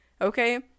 okay